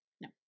No